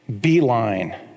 beeline